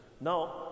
Now